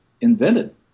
invented